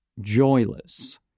joyless